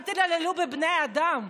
אל תתעללו בבני אדם.